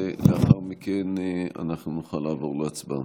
ולאחר מכן אנחנו נוכל לעבור להצבעה.